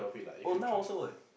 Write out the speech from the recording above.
oh now also leh